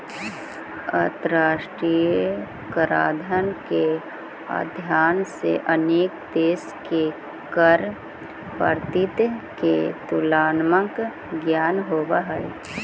अंतरराष्ट्रीय कराधान के अध्ययन से अनेक देश के कर पद्धति के तुलनात्मक ज्ञान होवऽ हई